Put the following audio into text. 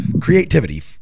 creativity